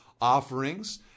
offerings